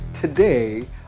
today